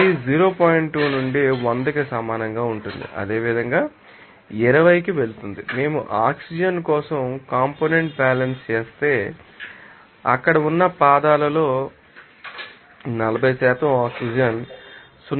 2 నుండి 100 కి సమానంగా ఉంటుంది అదేవిధంగా 20 కి వెళ్తుంది మేము ఆక్సిజన్ కోసం కాంపోనెంట్ బ్యాలెన్స్ చేస్తే అక్కడ ఉన్న పాదాలలో 40 ఆక్సిజన్ 0